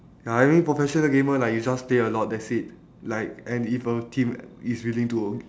ya I mean professional gamer like you just play a lot that's it like and if a team is willing to